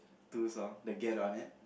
two song the get on it